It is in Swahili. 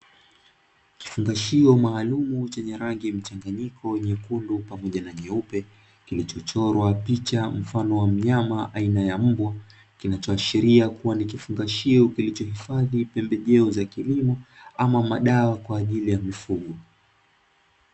Kifungashio maalumu chenye rangi mchanganyiko nyekundu pamoja na nyeupe, kilicho chorwa pichwa mfano wa mnyama aina mbwa, kinachoashiria kuwa ni kifungashio kilichohifadhi pembejeo za kilimo ama madawa kwa ajili ya mifugo.